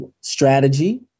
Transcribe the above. strategy